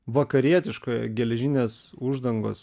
vakarietiškoje geležinės uždangos